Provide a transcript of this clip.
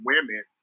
women